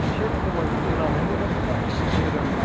एसे खमायनानै लाहैनो मोजां